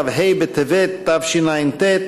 כ"ה בטבת התשע"ט,